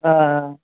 ஆ ஆ